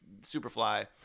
superfly